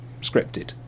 scripted